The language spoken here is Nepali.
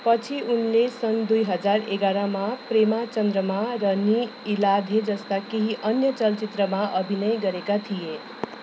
पछि उनले सन् दुई हजार एघाह्रमा प्रेमा चन्द्रमा र नी इलाधेजस्ता केही अन्य चलचित्रमा अभिनय गरेका थिए